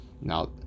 now